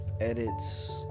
edits